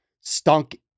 stunk